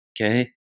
okay